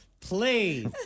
Please